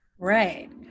Right